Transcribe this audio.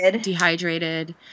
dehydrated